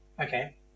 Okay